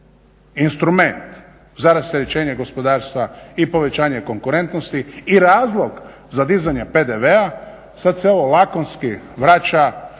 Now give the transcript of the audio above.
instrument za rasterećenja gospodarstva i povećanje konkurentnosti i razlog za dizanje PDV-a sad se ovo lakonski vraća